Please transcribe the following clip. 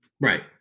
right